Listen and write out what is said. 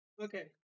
Okay